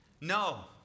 No